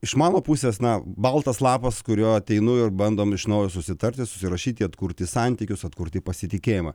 iš mano pusės na baltas lapas su kurio ateinu ir bandom iš naujo susitarti susirašyti atkurti santykius atkurti pasitikėjimą